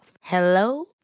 Hello